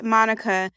Monica